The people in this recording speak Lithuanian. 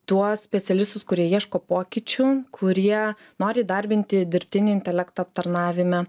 tuos specialistus kurie ieško pokyčių kurie nori įdarbinti dirbtinį intelektą aptarnavime